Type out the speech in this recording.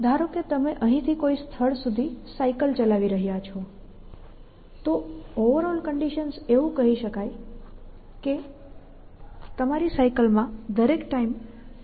તેથી ધારો કે તમે અહીંથી કોઈ સ્થળ સુધી સાયકલ ચલાવી રહ્યા છો તો ઓવરઓલ કંડિશન્સ એવું કહી શકાય કે તમારી સાયકલ માં દરેક ટાઈમ પર પૂરતી હવા છે